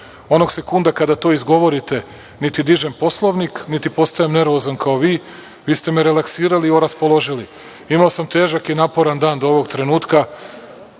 Onog sekunda kada to izgovorite niti dižem Poslovnik niti postajem nervozan kao vi. Vi ste me relaksirali i oraspoložili. Imao sam težak i naporan dan do ovog trenutka,